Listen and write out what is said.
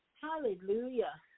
Hallelujah